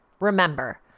Remember